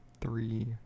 three